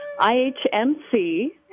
IHMC